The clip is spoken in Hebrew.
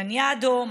לניאדו,